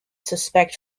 suspect